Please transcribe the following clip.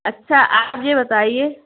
اچھا آپ یہ بتائیے